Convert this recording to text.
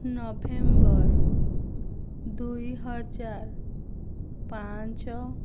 November ଦୁଇହଜାର ପାଞ୍ଚ